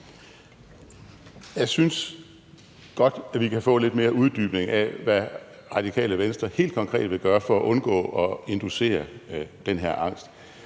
Jeg synes godt, at vi kan få lidt mere uddybning af, hvad Det Radikale Venstre helt konkret vil gøre for at undgå at inducere den her angst.